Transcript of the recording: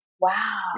Wow